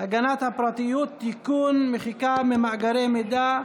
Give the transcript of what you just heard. הגנת הפרטיות (תיקון, מחיקה ממאגרי מידע),